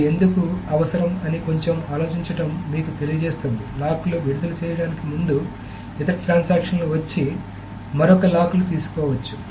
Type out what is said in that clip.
అది ఎందుకు అవసరం అని కొంచెం ఆలోచించడం మీకు తెలియజేస్తుంది లాక్ లు విడుదల చేయడానికి ముందు ఇతర ట్రాన్సాక్షన్ లు వచ్చి మరొక లాక్ లు తీసుకోవచ్చు